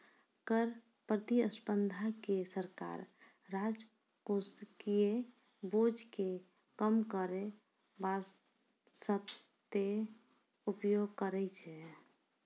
कर प्रतिस्पर्धा के सरकार राजकोषीय बोझ के कम करै बासते उपयोग करै छै